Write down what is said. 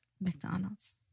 McDonald's